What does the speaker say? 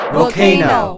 Volcano